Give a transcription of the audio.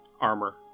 armor